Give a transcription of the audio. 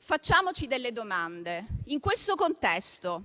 Facciamoci delle domande. In questo contesto,